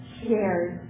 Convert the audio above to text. shared